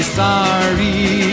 sorry